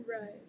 Right